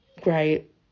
great